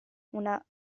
una